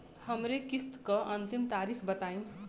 हमरे किस्त क अंतिम तारीख बताईं?